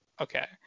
Okay